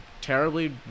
terribly